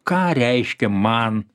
ką reiškia man